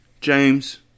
James